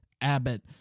Abbott